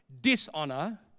dishonor